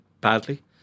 badly